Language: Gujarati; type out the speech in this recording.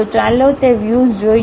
તો ચાલો તે વ્યુઝ જોઈએ